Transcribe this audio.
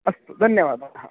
अस्तु धन्यवादाः